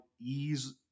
ease –